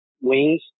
Wings